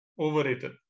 Overrated